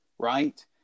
Right